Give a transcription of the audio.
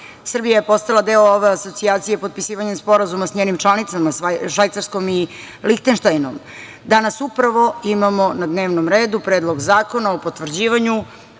Srbija je postala deo ove asocijacije potpisivanjem Sporazuma sa njenim članicama Švajcarskom i Linheštajnom. Danas upravo imamo na dnevnom redu Predlog zakona o potvrđivanju